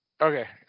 okay